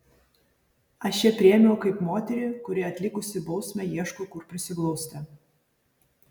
aš ją priėmiau kaip moterį kuri atlikusi bausmę ieško kur prisiglausti